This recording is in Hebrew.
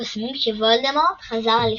הקוסמים שוולדמורט חזר לפעול,